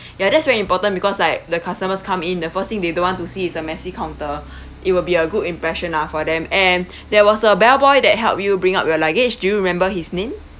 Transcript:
ya that's very important because like the customers come in the first thing they don't want to see is a messy counter it will be a good impression lah for them and there was a bellboy that help you bring up your luggage do you remember his name